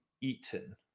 eaten